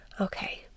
okay